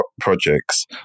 projects